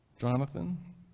Jonathan